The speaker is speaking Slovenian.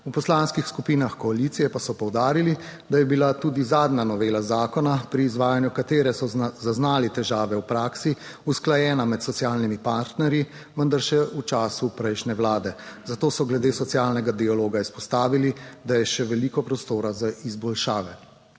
V poslanskih skupinah koalicije pa so poudarili, da je bila tudi zadnja novela zakona, pri izvajanju katere so zaznali težave v praksi, usklajena med socialnimi partnerji, vendar še v času prejšnje vlade. Zato so glede socialnega dialoga izpostavili, da je še veliko prostora za izboljšave.